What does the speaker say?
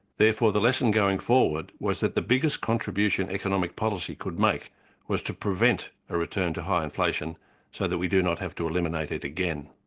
therefore the lesson going forward was that the biggest contribution economic policy could make was to prevent a return to high inflation so that we do not have to eliminate it again.